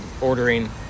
ordering